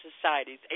societies